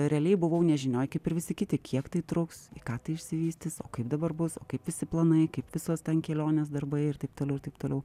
realiai buvau nežinioj kaip ir visi kiti kiek tai truks į ką tai išsivystys o kaip dabar bus o kaip visi planai kaip visos kelionės darbai ir taip toliau ir taip toliau